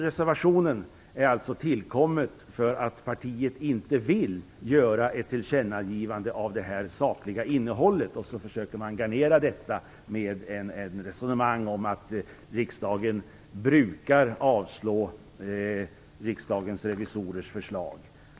Reservationen är alltså tillkommen för att partiet inte vill göra ett tillkännagivande av det här sakliga innehållet. Sedan försöker man garnera detta med ett resonemang om att riksdagen brukar avslå Riksdagens revisorers förslag.